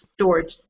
storage